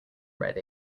red